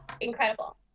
incredible